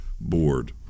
board